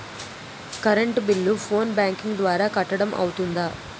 Current bill phone banking ద్వారా కట్టడం అవ్తుందా?